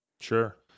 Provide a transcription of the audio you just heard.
Sure